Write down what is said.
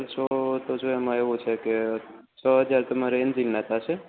ખર્ચો તો જો એમા એવું છે કે છ હજાર તમારે એન્જીનના થાસે